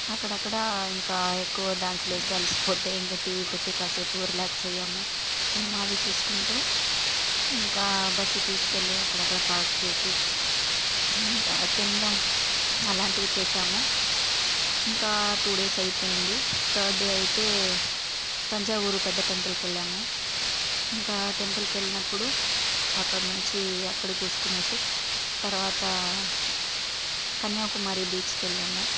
అక్కడక్కడ ఇంకా ఎక్కువ డాన్సులు వేసి అలసిపోతే ఇంక టీవీ పెట్టి కాసేపు రిలాక్స్ అయ్యాము సినిమావి చూసుకుంటూ ఇంకా బస్సు తీసుకెళ్లి అక్కడక్కడ పార్కు చేసి ఇంకా తినడం అలాంటివి చేశాము ఇంకా టూ డేస్ అయిపోయింది థర్డ్ డే అయితే తంజావూరు పెద్ద టెంపుల్కెళ్ళాము ఇంకా టెంపుల్కెళ్ళినప్పుడు అక్కడి నుంచి అక్కడ చూసుకునేసి తర్వాత కన్యాకుమారి బీచ్కెళ్ళాము